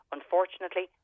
Unfortunately